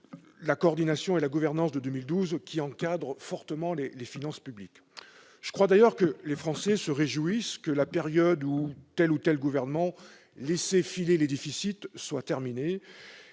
la coordination et la gouvernance de l'UEM de 2012, encadrant fortement les finances publiques. Je crois d'ailleurs que les Français se réjouissent que la période où tel ou tel gouvernement laissait filer les déficits soit terminée.